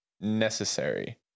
necessary